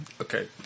Okay